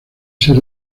ser